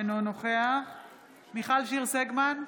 אינו נוכח מיכל שיר סגמן,